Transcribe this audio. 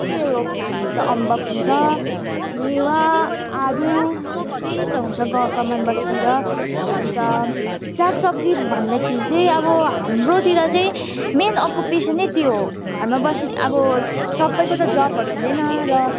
के रोप्छ हाम्रोतिर अम्बक हुन्छ मेवा आरू त्यस्तै त हुन्छ ग कमान बस्तीतिर अन्त साग सब्जी भन्दाखेरि चाहिँ अब हाम्रोतिर चाहिँ मेन अकुपेसनै त्यो हो घरमा बस्ने अब सबैको त जबहरू हुँदैन र